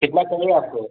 कितना चाहिए आपको